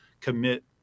commit